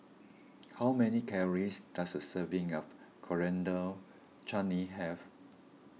how many calories does a serving of Coriander Chutney have